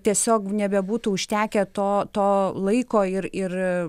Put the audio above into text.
tiesiog nebebūtų užtekę to to laiko ir ir